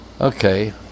Okay